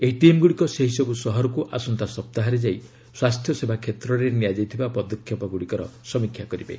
ଏହି ଟିମ୍ଗୁଡ଼ିକ ସେହିସବୁ ସହରକୁ ଆସନ୍ତା ସପ୍ତାହରେ ଯାଇ ସ୍ୱାସ୍ଥ୍ୟ ସେବା କ୍ଷେତ୍ରରେ ନିଆଯାଇଥିବା ପଦକ୍ଷେପଗୁଡ଼ିକର ସମୀକ୍ଷା କରିବେ